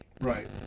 Right